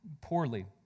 poorly